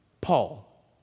Paul